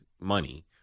money